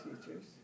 teachers